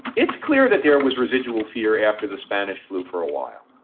it's clear that there was residual fear after the spanish flu for a while,